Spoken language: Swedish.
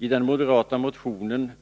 I den moderata motionen